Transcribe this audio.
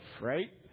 right